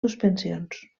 suspensions